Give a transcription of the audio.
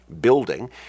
building